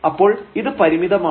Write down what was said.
അപ്പോൾ ഇത് പരിമിതമാണ്